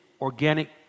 organic